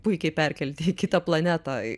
puikiai perkelti į kitą planetą